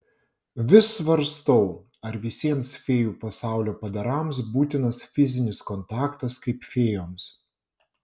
vis svarstau ar visiems fėjų pasaulio padarams būtinas fizinis kontaktas kaip fėjoms